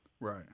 Right